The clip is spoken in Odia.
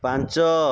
ପାଞ୍ଚ